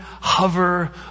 hover